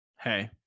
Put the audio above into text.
Hey